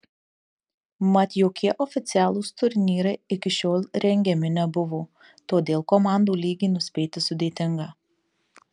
mat jokie oficialūs turnyrai iki šiol rengiami nebuvo todėl komandų lygį nuspėti sudėtinga